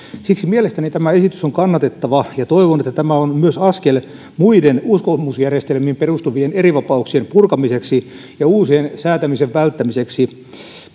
siksi mielestäni tämä esitys on kannatettava ja toivon että tämä on myös askel muiden uskomusjärjestelmiin perustuvien erivapauksien purkamiseksi ja uusien säätämisen välttämiseksi